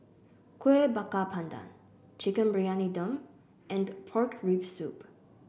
Kueh Bakar Pandan Chicken Briyani Dum and Pork Rib Soup